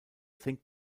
think